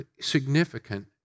significant